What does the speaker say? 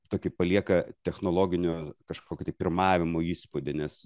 tokį palieka technologinio kažkokį tai pirmavimo įspūdį nes